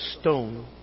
stone